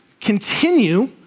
Continue